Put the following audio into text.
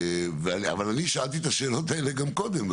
אבל אני שאלתי את השאלות האלה גם קודם.